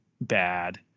bad